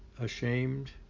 ashamed